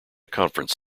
conference